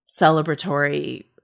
celebratory